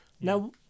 Now